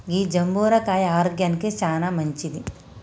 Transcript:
గీ జంబుర కాయ ఆరోగ్యానికి చానా మంచింది